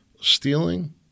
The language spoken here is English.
Stealing